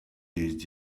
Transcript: tastes